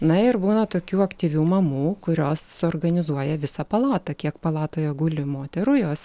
na ir būna tokių aktyvių mamų kurios suorganizuoja visą palatą kiek palatoje guli moterų jos